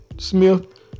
Smith